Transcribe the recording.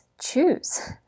choose